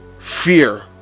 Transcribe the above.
fear